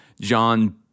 John